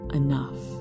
enough